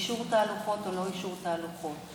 ואישור תהלוכות או לא אישור תהלוכות,